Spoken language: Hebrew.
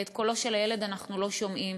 ואת קולו של הילד אנחנו לא שומעים.